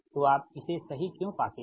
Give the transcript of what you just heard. तो आप इसे सही क्यों पाते हैं